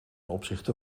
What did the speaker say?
opzichte